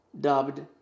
dubbed